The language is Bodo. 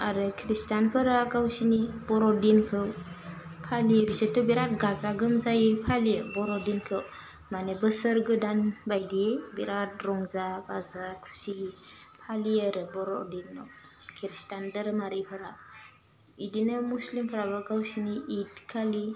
आरो ख्रिष्टानफोरा गावसिनि बर'दिनखौ फालियो बिसोरथ' बिराद गाजा गोमजायै फालियो बर' दिनखो मानि बोसोर गोदान बायदि बेराद रंजा बाजा खुसि फालियो आरो बर' दिनाव ख्रिष्टान दोरोमारिफोरा इदिनो मुस्लिमफ्राबो गावसिनि इधखालि